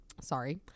sorry